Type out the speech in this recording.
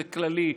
זה כללי,